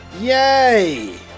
Yay